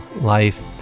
life